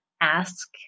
ask